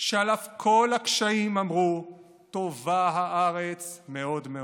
שעל אף כל הקשיים אמרו "טובה הארץ מאֹד מאֹד",